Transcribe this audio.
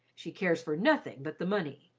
she cares for nothing but the money.